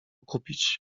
kupić